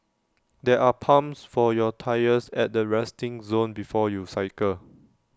there are pumps for your tyres at the resting zone before you cycle